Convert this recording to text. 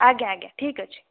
ଆଜ୍ଞା ଆଜ୍ଞା ଠିକ୍ ଅଛି